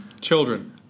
children